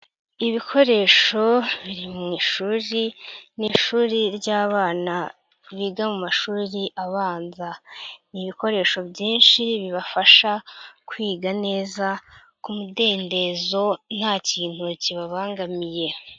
Ibikoresho biri mu ishuri, n'ishuri ry'abana biga mu mashuri abanza, ni ibikoresho byinshi bibafasha kwiga neza ku mudendezo nta kintu kibabangamiye.